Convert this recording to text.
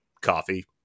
coffee